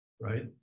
right